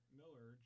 Miller